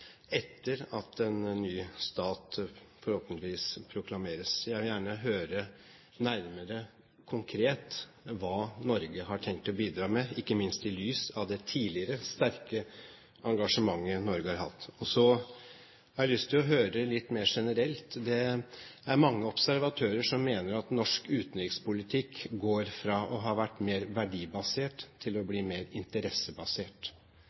etter at den nye staten forhåpentligvis proklameres. Jeg vil gjerne høre nærmere konkret om hva Norge har tenkt å bidra med, ikke minst i lys av det tidligere sterke engasjementet Norge har hatt. Så har jeg lyst til å høre litt mer generelt: Det er mange observatører som mener at norsk utenrikspolitikk går fra å være mer verdibasert til å